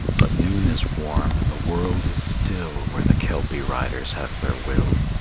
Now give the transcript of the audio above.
but noon is warm and the world is still where the kelpie riders have their will.